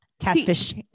Catfish